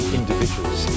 individuals